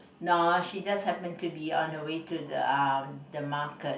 no she just happen to be on the way to the uh the market